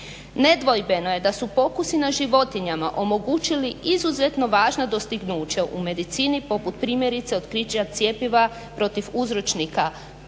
Nedvojbeno je da su pokusi na životinjama omogućili izuzetno važna dostignuća u medicini poput primjerice otkrića cjepiva protiv uzročnika